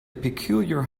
peculiar